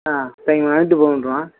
ah thank you வாங்கிட்டு phone பண்ணுறோம்